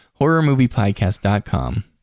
horrormoviepodcast.com